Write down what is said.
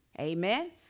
Amen